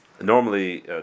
Normally